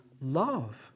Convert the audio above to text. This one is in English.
love